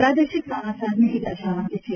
પ્રાદેશિક સમાચાર નિકીતા શાહ વાંચે છે